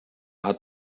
hat